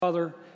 Father